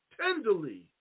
tenderly